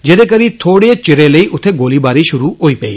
जेह्दे करी थोड़े चिरै लेई उत्यै गोलीबारी षुरू होई पेई